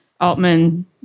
Altman